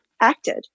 acted